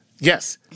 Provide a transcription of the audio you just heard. yes